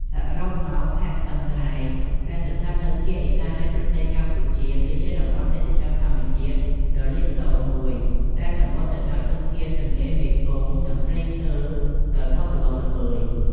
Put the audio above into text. សរុបមក ខេត្តស្ទឹងត្រែង ដែលស្ថិតនៅភាគឦសាននៃប្រទេសកម្ពុជា គឺជាតំបន់ទេសចរណ៍ធម្មជាតិដ៏លេចធ្លោមួយ ដែលសម្បូរទៅដោយធនធានទន្លេមេគង្គ និងព្រៃឈើដ៏ធំល្វឹងល្វើយ។